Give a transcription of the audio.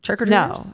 No